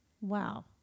Wow